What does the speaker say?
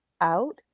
out